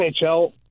NHL